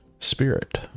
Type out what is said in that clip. spirit